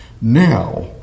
Now